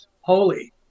holy